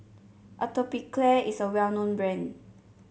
Atopiclair is a well known brand